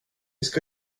ska